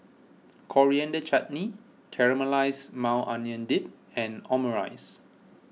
Coriander Chutney Caramelized Maui Onion Dip and Omurice